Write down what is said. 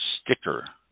sticker